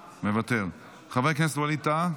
מוותר, חבר הכנסת ווליד טאהא,